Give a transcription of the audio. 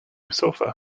sofa